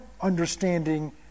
understanding